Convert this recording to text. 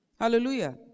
Hallelujah